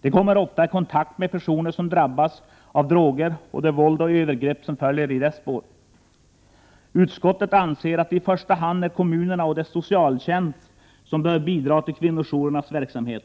De kommer ofta i kontakt med personer som fallit för droger och drabbats av våld och övergrepp som följer i dess spår. Utskottet anser att det i första hand är kommunerna och deras socialtjänst som bör bidra till kvinnojourernas verksamhet.